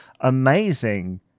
amazing